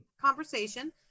conversation